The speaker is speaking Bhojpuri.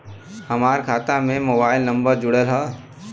हमार खाता में मोबाइल नम्बर जुड़ल हो?